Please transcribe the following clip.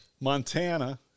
Montana